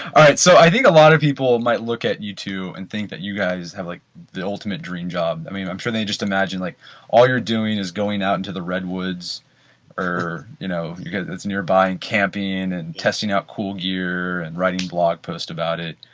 all right. so i think a lot of people might look at you two and think that you guys have like the ultimate dream job. i mean i'm sure they just imagine like all you're doing is going out into the redwoods or you know that's nearby and campaign and testing out cool gear and writing blog post about it.